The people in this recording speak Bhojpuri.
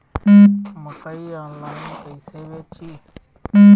मकई आनलाइन कइसे बेची?